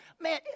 man